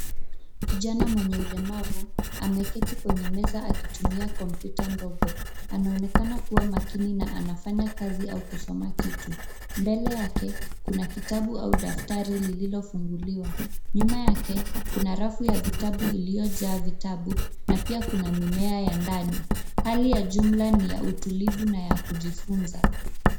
Kijana mwenye ulemavu, ameketi kwenye meza akitumia kompyuta ndogo, anaonekana kuwa makini na anafanya kazi au kusoma kitu, mbele yake kuna kitabu au daftari lililofunguliwa. Nyuma yake kuna rafu ya vitabu iliojaa vitabu na pia kuna mimea ya ndani. Hali ya jumla ni utulivu na ya kujifunza.